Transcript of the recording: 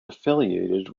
affiliated